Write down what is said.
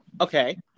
Okay